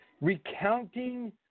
Recounting